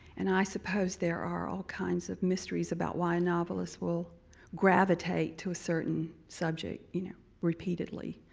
and i suppose there are all kinds of mysteries about why a novelist will gravitate to a certain subject, you know, repeatedly.